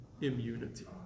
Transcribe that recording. immunity